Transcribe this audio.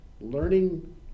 learning